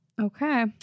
Okay